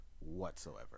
whatsoever